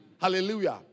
Hallelujah